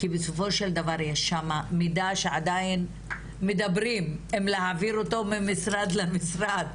כי בסופו של דבר יש שם מידע שעדיין מדברים אם להעביר אותו ממשרד למשרד,